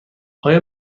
آیا